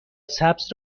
سبز